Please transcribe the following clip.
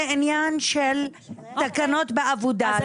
זה עניין של תקנות בעבודה,